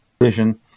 vision